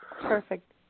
Perfect